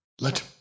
let